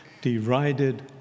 derided